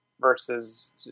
versus